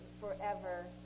forever